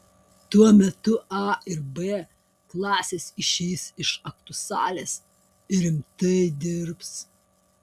tuo metu a ir b klasės išeis iš aktų salės ir rimtai dirbs